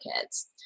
kids